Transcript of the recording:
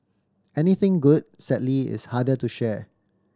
anything good sadly is harder to share